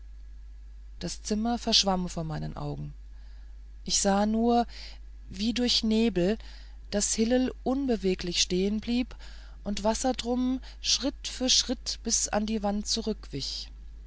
das zimmer verschwamm vor meinen augen ich sah nur wie durch nebel daß hillel unbeweglich stehen blieb und wassertrum schritt für schritt bis an die wand zurückwich